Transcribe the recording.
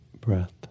breath